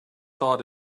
thought